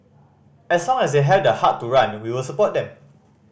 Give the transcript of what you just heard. as long as they have the heart to run we will support them